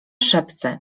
szepce